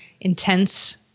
intense